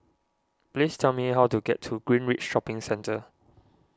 please tell me how to get to Greenridge Shopping Centre